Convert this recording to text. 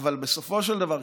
אבל בסופו של דבר,